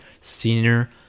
senior